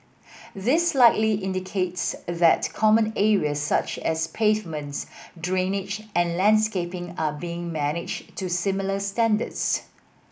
this likely indicates that common areas such as pavements drainage and landscaping are being managed to similar standards